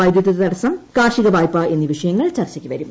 വൈദ്യുതി തടസ്സം കാർഷിക വായ്പ എന്നീ വിഷയങ്ങൾ ചർച്ചയ്ക്ക് വരും